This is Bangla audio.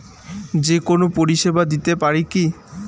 যে কোনো পরিষেবা দিতে পারি কি?